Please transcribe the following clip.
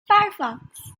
firefox